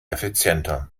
effizienter